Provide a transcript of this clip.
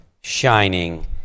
shining